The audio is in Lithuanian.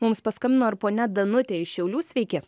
mums paskambino ir ponia danutė iš šiaulių sveiki